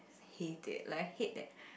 hate it like I hate that